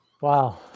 Wow